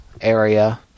area